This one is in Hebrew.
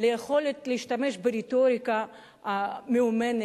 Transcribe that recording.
ליכולת להשתמש ברטוריקה מיומנת,